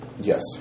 Yes